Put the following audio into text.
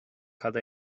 cad